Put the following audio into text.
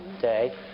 day